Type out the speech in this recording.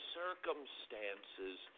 circumstances